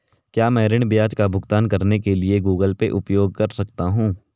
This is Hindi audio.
क्या मैं ऋण ब्याज का भुगतान करने के लिए गूगल पे उपयोग कर सकता हूं?